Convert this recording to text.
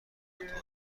نمیدونن